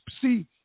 see